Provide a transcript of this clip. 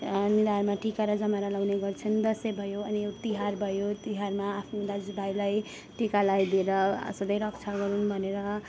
निधारमा टिका र जमारा लाउने गर्छन् दसैँ भयो अनि यो तिहार भयो तिहारमा आफ्नो दाजु भाइलाई टिका लाइदिएर सधैँ रक्षा गरुन् भनेर